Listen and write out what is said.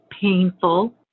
painful